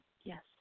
Yes